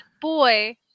boy